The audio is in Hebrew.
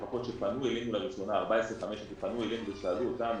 לפחות שפנו אלינו לראשונה, ושאלו אותנו